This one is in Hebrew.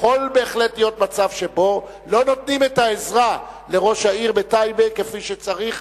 בהחלט להיות מצב שלא נותנים את העזרה לראש העיר בטייבה כפי שצריך,